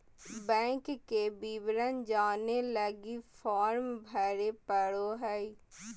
bank के विवरण जाने लगी फॉर्म भरे पड़ो हइ